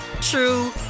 true